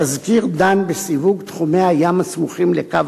התזכיר דן בסיווג תחומי הים הסמוכים לקו